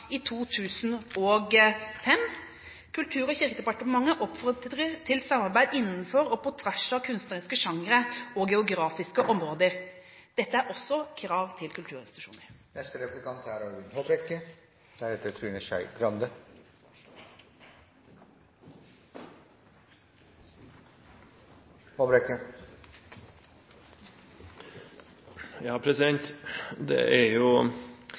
i 2005: «Kultur- og kirkedepartementet oppfordrer til samarbeid innenfor og på tvers av kunstneriske sjangere og geografiske områder.» Dette er også krav til kulturinstitusjoner. Det er fascinerende at kulturministeren trekker fram tildelingsbrev fra forrige regjering. Det